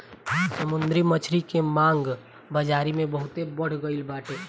समुंदरी मछरी के मांग बाजारी में बहुते बढ़ गईल बाटे